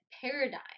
paradigm